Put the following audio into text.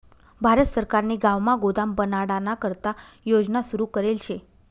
भारत सरकारने गावमा गोदाम बनाडाना करता योजना सुरू करेल शे